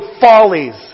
follies